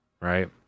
Right